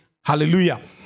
Hallelujah